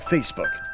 Facebook